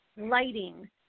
lighting